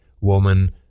Woman